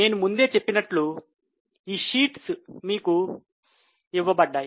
నేను ముందే చెప్పినట్లు ఈ పత్రాలు మీకు ఇవ్వబడతాయి